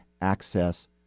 access